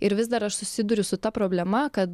ir vis dar aš susiduriu su ta problema kad